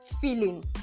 feeling